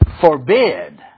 forbid